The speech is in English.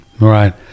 right